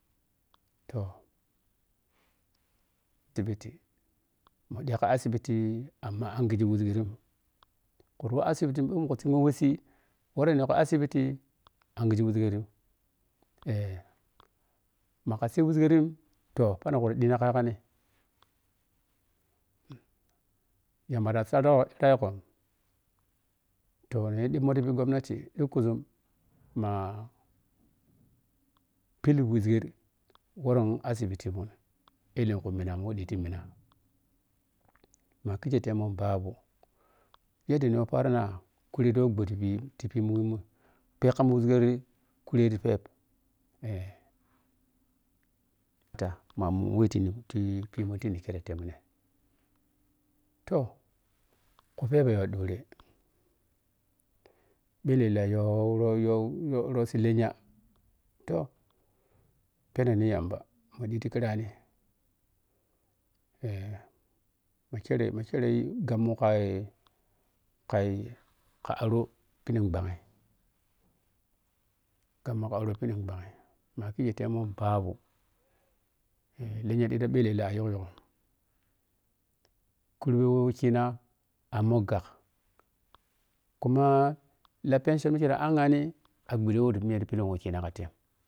Toh ti bhiti mu ɗhika asibiti amma anghighi whughen kutuh asibiti muku shigho wutsi wɔrenegho asibiti anghighe wuȝigheri eh ma ka sɛ wuggheri toh phaang kawɔr ɗhina ka yaggai tamba ta saro phugho toh niyi ɗhum moh ti phiɗhi gommati ɗhukkuȝum ma philli wuȝgheri wɔrɔg asibitimun ɛlɛkuminamun wɛ ɗhiti minna ma khekei temun babal yadda ni yho paarona khureɗ to ɓhɔɔ ti phi ti phimun phe koma wuȝgheri kureɗ phep eh ta ma mu wɛ tini ti phimun ti nikhire temine toh kuphebhe ɗhure phellela yo ruh yo ru si lenya toh pheneni yamba mu ɗhiti khirani eh ma kyere makyere yighammu kaii kaii ka aro phiɗhing ɓhagg kamu kɔoro phiɗln ɓhaghi ma kikge temun basu eh lenya shita phellela a yhuk yhuk kudre siima ammoh ghagk kuma laa pɛnso wɛ mikye ta anghani ɓhuɗe wo miya ta philli wɛkina ka tem.